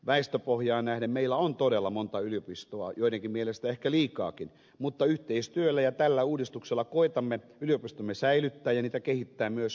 väestöpohjaan nähden meillä on todella monta yliopistoa joidenkin mielestä ehkä liikaakin mutta yhteistyöllä ja tällä uudistuksella koetamme yliopistomme säilyttää ja niitä kehittää myös yhteistyön suuntaan